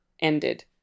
ended